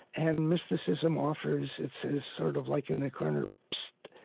and mysticism offers it says, sort of like in the corner, psst,